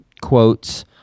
quotes